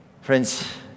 Friends